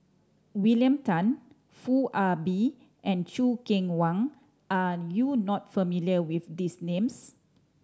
William Tan Foo Ah Bee and Choo Keng Kwang are you not familiar with these names